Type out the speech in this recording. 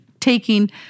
taking